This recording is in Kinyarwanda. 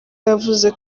yavuze